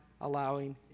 allowing